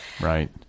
Right